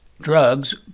drugs